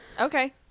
Okay